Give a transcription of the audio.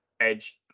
Edge